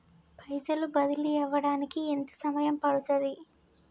పైసలు బదిలీ అవడానికి ఎంత సమయం పడుతది?